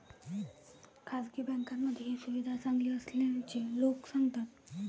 खासगी बँकांमध्ये ही सुविधा चांगली असल्याचे लोक सांगतात